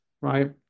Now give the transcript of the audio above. right